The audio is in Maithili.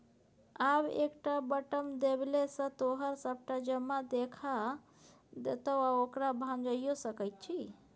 आब एकटा बटम देबेले सँ तोहर सभटा जमा देखा देतौ आ ओकरा भंजाइयो सकैत छी